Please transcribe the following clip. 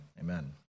Amen